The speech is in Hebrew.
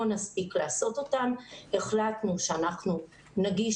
לא נספיק לעשות אותם ולכן החלטנו שאנחנו נגיש